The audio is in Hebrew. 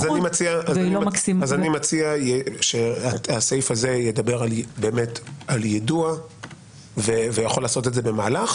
אני מציע שהסעיף הזה ידבר על יידוע והוא יכול לעשות את זה במהלך,